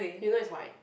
you know it's white